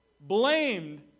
blamed